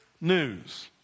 news